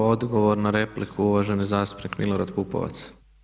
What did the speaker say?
Odgovor na repliku uvaženi zastupnik Milorad Pupovac.